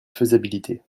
faisabilité